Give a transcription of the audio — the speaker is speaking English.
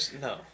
No